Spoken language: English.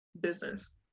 business